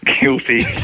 Guilty